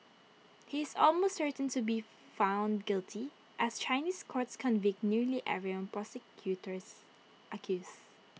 he is almost certain to be found guilty as Chinese courts convict nearly everyone prosecutors accuse